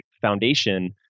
foundation